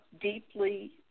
deeply